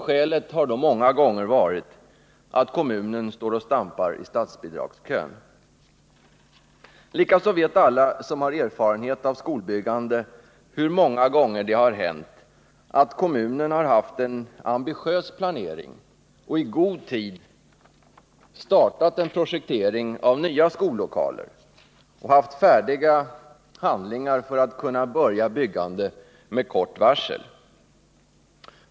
Skälet har många gånger varit att kommunen står och stampar i statsbidragskön. Likaså vet alla som har erfarenhet av skolbyggande hur många gånger det har hänt att kommunen har haft en ambitiös planering, i god tid startat en projektering av nya skollokaler och haft färdiga handlingar för att kunna bygga med kort varsel.